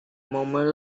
moment